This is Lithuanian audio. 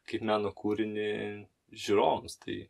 kaip meno kūrinį žiūrovams tai